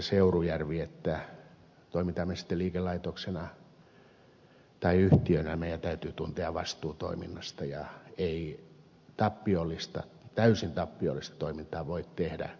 seurujärvi että toimimme sitten liikelaitoksena tai yhtiönä meidän täytyy tuntea vastuu toiminnasta ja ei täysin tappiollista toimintaa voi tehdä kummassakaan muodossa